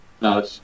No